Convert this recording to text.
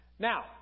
Now